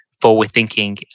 forward-thinking